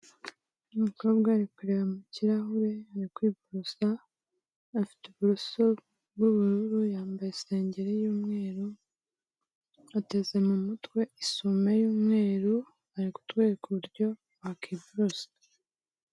Umukobwa ari kureba mu kirahure ari kwiborosa, afite uburoso bw'ubururu, yambaye isengeri y'umweru, ateze mu mutwe isume y'umweru, ari kutwereka uburyo wakiborosa.